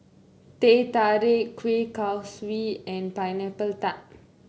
Teh Tarik Kuih Kaswi and Pineapple Tart